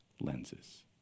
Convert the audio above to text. lenses